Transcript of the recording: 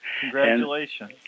Congratulations